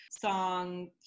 song